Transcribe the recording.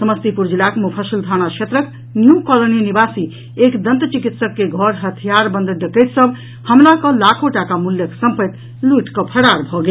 समस्तीपुर जिलाक मुफरिसल थाना क्षेत्रक न्यू कॉलोनी निवासी एक दंत चिकित्सक के घर हथियारबंद डकैत सभ हमला कऽ लाखो टाका मूल्यक संपत्ति लूटि कऽ फरार भऽ गेल